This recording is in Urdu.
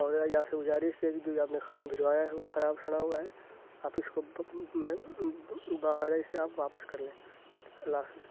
اور یہ آپ سے گذارش ہے کہ جو یہ آپ نے کھانا بھجوایا ہے وہ خراب سڑا ہوا ہے آپ اس کو باقاعدہ اسے آپ واپس کر لیں اللہ حافظ